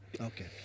Okay